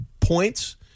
points